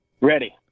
Ready